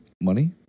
Money